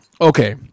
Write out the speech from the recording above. Okay